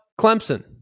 Clemson